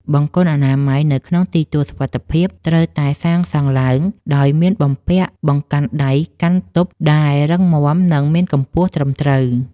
បង្គន់អនាម័យនៅក្នុងទីទួលសុវត្ថិភាពត្រូវតែសាងសង់ឡើងដោយមានបំពាក់បង្កាន់ដៃកាន់ទប់ដែលរឹងមាំ និងមានកម្ពស់ត្រឹមត្រូវ។